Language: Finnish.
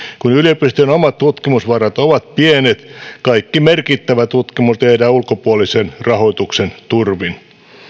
kun yliopistojen omat tutkimusvarat ovat pienet kaikki merkittävä tutkimus tehdään ulkopuolisen rahoituksen turvin